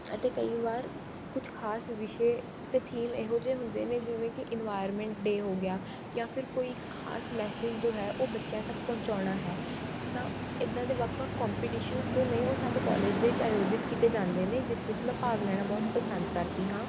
ਅਤੇ ਕਈ ਵਾਰ ਕੁਝ ਖਾਸ ਵਿਸ਼ੇ ਅਤੇ ਥੀਮ ਇਹੋ ਜਿਹੇ ਹੁੰਦੇ ਨੇ ਜਿਵੇਂ ਕਿ ਇਨਵਾਇਰਮੈਂਟ ਡੇ ਹੋ ਗਿਆ ਜਾਂ ਫਿਰ ਕੋਈ ਖਾਸ ਮੈਸੇਜ ਜੋ ਹੈ ਉਹ ਬੱਚਿਆਂ ਤੱਕ ਪਹੁੰਚਾਉਣਾ ਹੈ ਤਾਂ ਇੱਦਾਂ ਦੇ ਵੱਖ ਵੱਖ ਕੋਂਪੀਟੀਸ਼ਨ ਜੋ ਨੇ ਉਹ ਸਾਡੇ ਕੋਲਿਜ ਦੇ ਵਿੱਚ ਆਯੋਜਿਤ ਕੀਤੇ ਜਾਂਦੇ ਨੇ ਜਿਸ ਵਿੱਚ ਮੈਂ ਭਾਗ ਲੈਣਾ ਬਹੁਤ ਪਸੰਦ ਕਰਦੀ ਹਾਂ